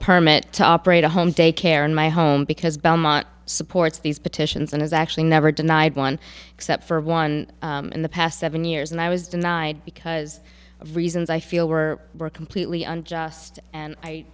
permit top rate a home daycare in my home because belmont supports these petitions and has actually never denied one except for one in the past seven years and i was denied because of reasons i feel were completely unjust and i